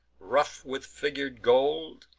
rough with figur'd gold,